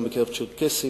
גם בקרב צ'רקסים,